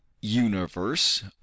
universe